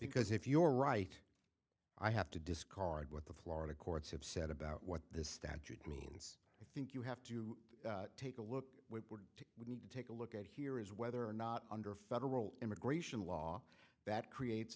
is if you are right i have to discard what the florida courts have said about what this statute means i think you have to take a look to we need to take a look at here is whether or not under federal immigration law that creates